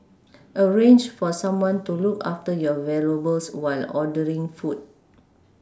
arrange for someone to look after your valuables while ordering food